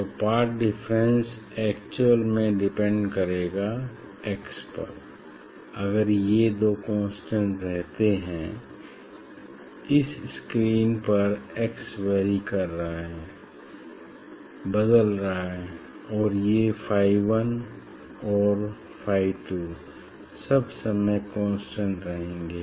तो path difference actual में depend करेगा x पर अगर ये दो कांस्टेंट रहते हैं इस लिए स्क्रीन पर x वैरी कर रहा है बदल रहा है और ये फाई 1 और फाई 2 सब समय कांस्टेंट रहेंगे